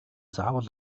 заавал